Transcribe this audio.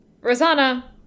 Rosanna